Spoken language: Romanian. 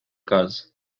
caz